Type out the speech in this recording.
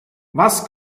was